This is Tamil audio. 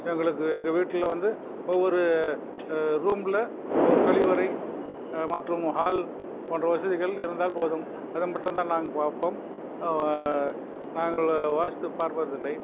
எங்களுக்கு எங்கள் வீட்டில் வந்து ஒவ்வொரு ரூமில் ஒவ்வொரு கழிவறை மற்றும் ஹால் போன்ற வசதிகள் இருந்தால் போதும் அது மட்டும் தான் நாங்கள் பார்ப்போம் நாங்கள் வாஸ்து பார்ப்பதில்லை